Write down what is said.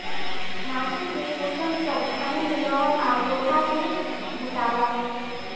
माटी के पोषण सब खनिज, लवण आ लोहा से भेटाला